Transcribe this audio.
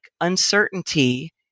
Uncertainty